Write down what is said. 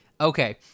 Okay